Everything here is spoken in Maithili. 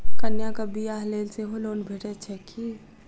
कन्याक बियाह लेल सेहो लोन भेटैत छैक की?